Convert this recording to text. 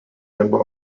member